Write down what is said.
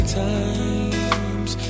times